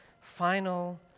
final